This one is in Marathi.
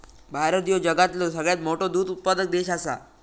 भारत ह्यो जगातलो सगळ्यात मोठो दूध उत्पादक देश आसा